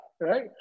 Right